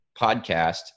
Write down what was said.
podcast